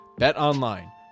BetOnline